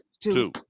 two